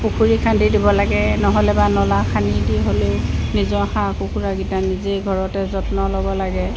পুখুৰী খান্দি দিব লাগে নহ'লে বা নলা খান্দি দি হ'লেও নিজৰ হাঁহ কুকুৰাকেইটা নিজেই ঘৰতে যত্ন ল'ব লাগে